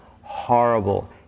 horrible